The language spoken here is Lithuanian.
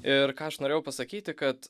ir ką aš norėjau pasakyti kad